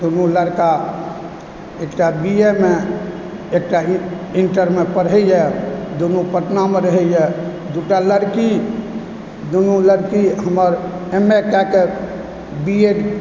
दुनु लड़का एकटा बी एमे एकटा इंटरमे पढ़ैए दुनु पटनामे रहैए दुटा लड़की दुनु लड़की हमर एम ए कए कऽ बी एड